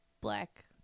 black